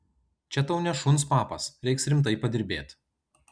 čia tau ne šuns papas reiks rimtai padirbėt